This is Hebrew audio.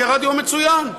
כי הרדיו הוא מצוין,